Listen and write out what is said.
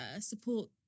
support